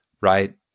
right